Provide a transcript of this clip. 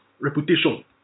reputation